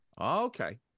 Okay